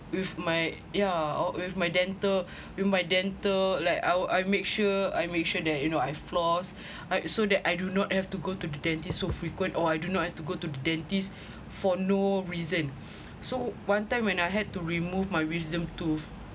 with my yeah uh with my dental with my dental like I'll I make sure I make sure that you know I floss I so that I do not have to go to the dentist so frequent or I do not have to go to the dentist for no reason so one time when I had to remove my wisdom tooth